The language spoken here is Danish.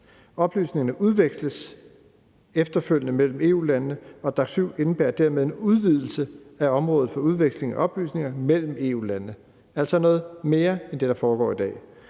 Oplysningerne udveksles efterfølgende mellem EU-landene, og DAC7 indebærer dermed en udvidelse af området for udveksling af oplysninger mellem EU-landene – altså noget mere end det, der foregår i dag.